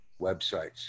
websites